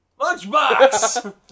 Lunchbox